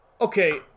Okay